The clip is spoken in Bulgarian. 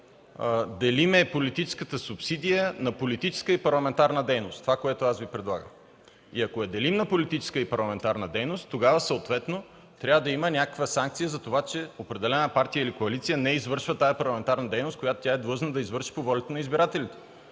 делим политическата субсидия на политическа и парламентарна дейност – това, което аз Ви предлагам. И, ако я делим на политическа и парламентарна дейност, тогава съответно трябва да има някаква санкция за това, че определена партия или коалиция не извършва тази парламентарна дейност, която е длъжна да извърши по волята на избирателите